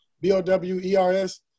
B-O-W-E-R-S